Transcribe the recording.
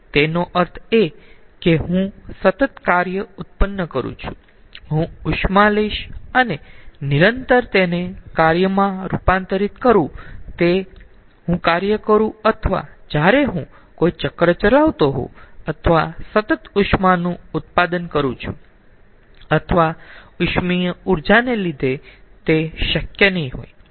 તેનો અર્થ એ કે હું સતત કાર્ય ઉત્પન્ન કરું છું હું ઉષ્મા લઇશ અને નિરંતર તેને કાર્યમાં રૂપાંતરિત કરૂ તે હું કાર્ય કરું અથવા જ્યારે હું કોઈ ચક્ર ચલાવતો હોઉં અથવા સતત ઉષ્માનું ઉત્પાદન કરું છું અથવા ઉષ્મીય ઊર્જાને લીધે તે શક્ય નહીં હોય